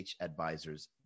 advisors